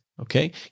Okay